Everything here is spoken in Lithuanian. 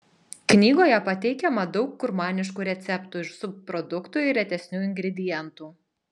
knygoje pateikiama daug gurmaniškų receptų iš subproduktų ir retesnių ingredientų